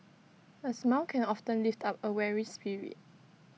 A smile can often lift up A weary spirit